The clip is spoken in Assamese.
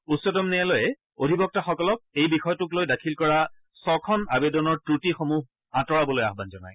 উচ্চতম ন্যায়ালয়ে অধিবক্তাসকলক এই বিষয়টোক লৈ দাখিল কৰা ছখন আৱেদনৰ ক্ৰটিসমূহ আঁতৰাবলৈ আহান জনায়